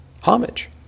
homage